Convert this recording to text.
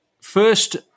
first